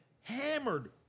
hammered